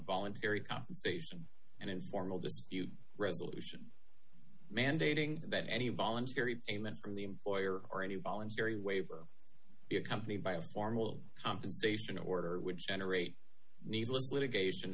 voluntary compensation and informal dispute resolution mandating that any voluntary payment from the employer or any voluntary waiver be accompanied by a formal compensation order which generate needless litigation